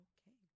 Okay